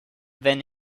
then